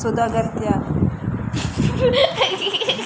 ನಿಮ್ಮ bank account ಏನಿದೆ ಅದಕ್ಕೆ ಆಧಾರ್ ಜೋಡಿಸುದು ಅಗತ್ಯ